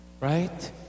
Right